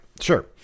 sure